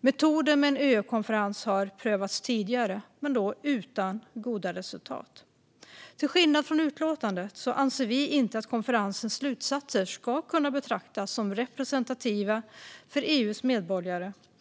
Metoden med en EU-konferens har prövats tidigare, men utan goda resultat. Till skillnad från det som sägs i utlåtandet anser vi inte att konferensens slutsatser ska kunna betraktas som representativa för EU:s medborgare.